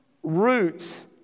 roots